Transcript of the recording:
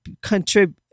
contribute